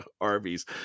Arby's